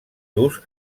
durs